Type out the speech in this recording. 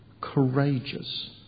courageous